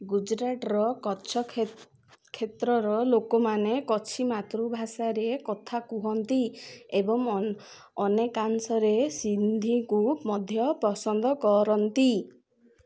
ଗୁଜରାଟର କଚ୍ଛ କ୍ଷେ କ୍ଷେତ୍ରର ଲୋକମାନେ କଚ୍ଛି ମାତୃଭାଷାରେ କଥା କୁହନ୍ତି ଏବଂ ଅନେ ଅନେକାଂଶରେ ସିନ୍ଧିକୁ ମଧ୍ୟ ପସନ୍ଦ କରନ୍ତି